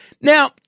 Now